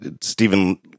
Stephen